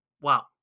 wow